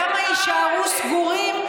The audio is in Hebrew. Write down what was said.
וכמה יישארו סגורים,